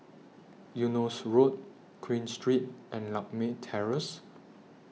Eunos Road Queen Street and Lakme Terrace